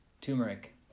Turmeric